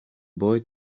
boy